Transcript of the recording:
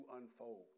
unfold